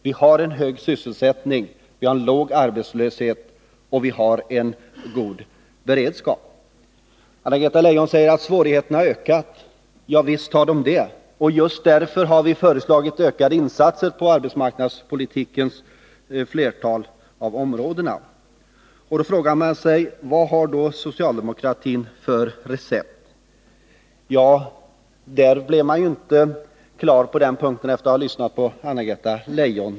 Vi har en hög sysselsättning, en låg arbetslöshet och en god beredskap. Anna-Greta Leijon säger att svårigheterna har ökat. Visst har de det. Just därför har vi föreslagit ökade insatser på flertalet av arbetsmarknadspolitikens områden. Vilket recept har då socialdemokratin? Ja, på den punkten blev man inte klar när man i dag lyssnade på Anna-Greta Leijon.